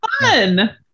Fun